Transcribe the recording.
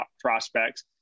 prospects